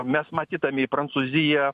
mes matydami prancūziją